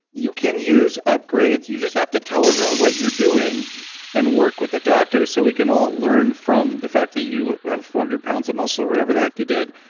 you can use upgrades. you just have to tell everyone what you're doing and work with a doctor so we can all learn from the fact that you have four hundred pounds of muscle or whatever the heck you did.